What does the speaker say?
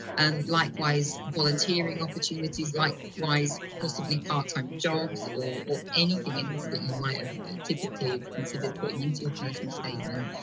and likewise, volunteering opportunities likewise possibly part-time jobs or anything else that you might have typically considered putting into a personal statement.